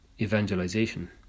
evangelization